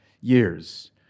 years